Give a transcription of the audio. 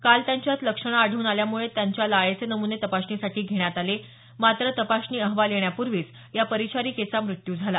काल त्यांच्यात लक्षणं आढळून आल्यामुळं त्यांच्या लाळेचे नमुने तपासणीसाठी घेण्यात आले होते मात्र तपासणी अहवाल येण्यापूर्वीच या परिचारिकेचा मृत्यू झाला